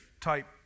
type